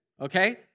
okay